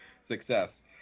success